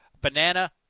Banana